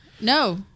No